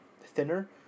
thinner